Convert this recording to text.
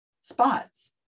spots